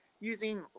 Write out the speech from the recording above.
using